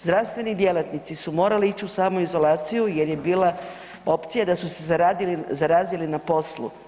Zdravstveni djelatnici su morali ići u samoizolaciju jer je bila opcija da su se zarazili na poslu.